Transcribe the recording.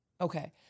Okay